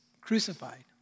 crucified